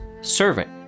servant